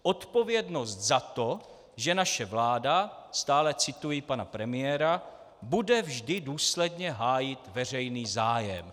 Odpovědnost za to, že naše vláda stále cituji pana premiéra bude vždy důsledně hájit veřejný zájem.